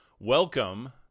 Welcome